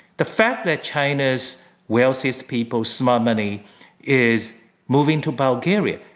the fact that china's wealthiest people's smart money is moving to bulgaria,